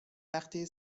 وقتی